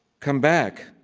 come back!